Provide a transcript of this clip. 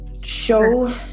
show